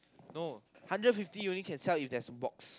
no hundred fifty only can sell if there is box